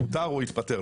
פוטר או התפטר,